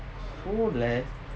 so less